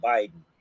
Biden